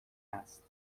است